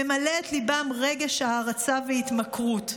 ממלא את ליבם רגש הערצה והתמכרות".